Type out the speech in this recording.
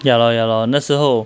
ya lor ya lor 那时候